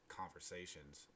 conversations